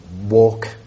walk